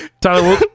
Tyler